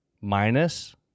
minus